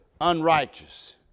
unrighteous